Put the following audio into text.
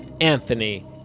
Anthony